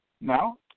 Now